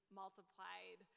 multiplied